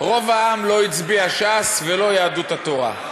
רוב העם לא הצביע ש"ס ולא יהדות התורה.